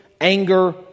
anger